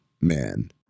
man